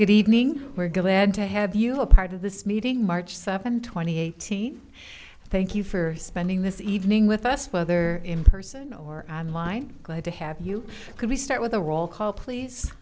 good evening we're glad to have you a part of this meeting march seven twenty eighty thank you for spending this evening with us whether in person or on line glad to have you can we start with the roll call please